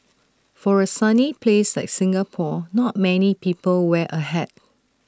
for A sunny place like Singapore not many people wear A hat